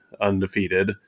undefeated